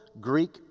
Greek